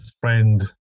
friend